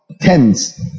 tens